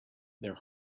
their